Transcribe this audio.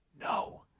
No